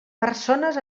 persones